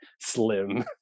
Slim